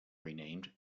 renamed